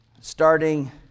Starting